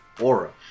aura